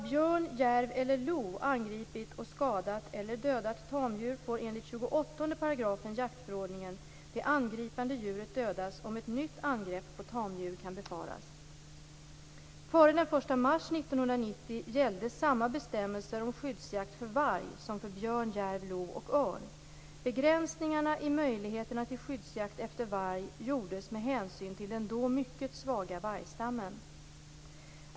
Före den 1 mars 1990 gällde samma bestämmelser om skyddsjakt för varg som för björn, järv, lo och örn. Begränsningarna i möjligheterna till skyddsjakt efter varg gjordes med hänsyn till den då mycket svaga vargstammen.